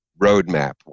roadmap